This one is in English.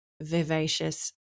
vivacious